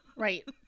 right